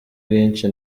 bwinshi